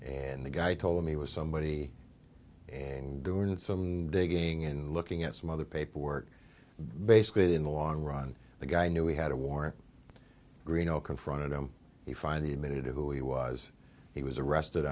and the guy told me was somebody and doing some digging and looking at some other paperwork basically in the long run the guy knew we had a warrant greeno confronted him he finally admitted who he was he was arrested